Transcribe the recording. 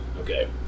okay